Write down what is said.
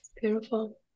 Beautiful